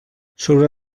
sobre